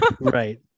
right